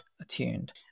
attuned